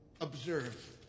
Observe